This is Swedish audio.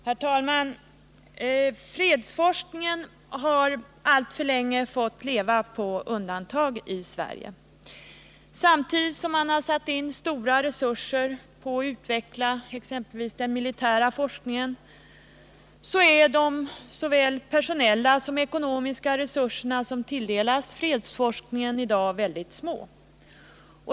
Herr talman! Fredsforskningen har alltför länge fått leva på undantag i Sverige. Samtidigt som stora resurser har satts in för att utveckla exempelvis den militära forskningen så är såväl de personella som de ekonomiska resurser som i dag tilldelas fredsforskningen mycket små.